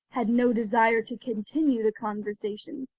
had no desire to continue the conversation,